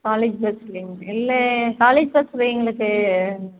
college பஸ்லேங்க இல்லை college பஸில் எங்களுக்கு